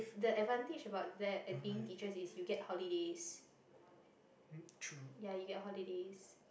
you're like~ true